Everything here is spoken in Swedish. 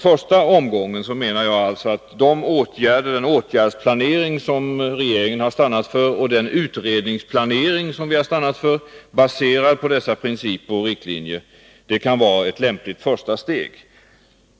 Jag menar att den åtgärdsplanering och den utredningsplanering, baserad på dessa principer och riktlinjer, som regeringen har stannat för kan vara ett lämpligt första steg.